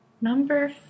Number